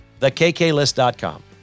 thekklist.com